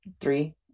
three